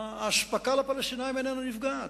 האספקה לפלסטינים איננה נפגעת.